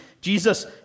Jesus